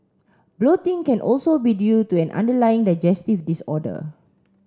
bloating can also be due to an underlying digestive disorder